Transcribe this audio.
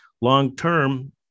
long-term